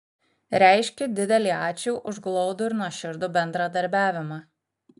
reiškiu didelį ačiū už glaudų ir nuoširdų bendradarbiavimą